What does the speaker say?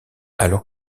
alors